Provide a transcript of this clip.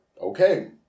okay